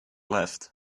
left